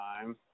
time